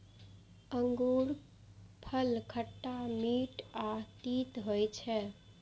अंगूरफल खट्टा, मीठ आ तीत होइ छै